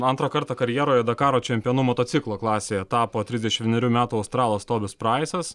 antrą kartą karjeroje dakaro čempionu motociklo klasėje tapo trisdešim vienerių metų australas tobis praisas